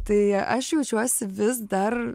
tai aš jaučiuosi vis dar